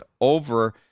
over